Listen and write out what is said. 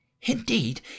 Indeed